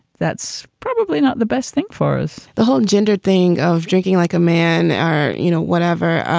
that's probably not the best thing for us the whole gender thing of drinking like a man are, you know, whatever